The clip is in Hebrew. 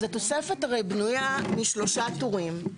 אז התוספת הרי בנויה משלושה טורים.